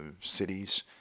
cities